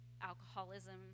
alcoholism